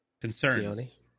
concerns